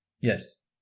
Yes